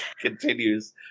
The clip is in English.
continues